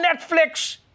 Netflix